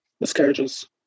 miscarriages